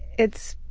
it's.